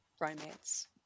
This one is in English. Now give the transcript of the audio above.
Romance